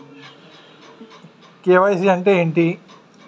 KYC అంటే ఏంటి?